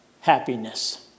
happiness